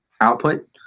output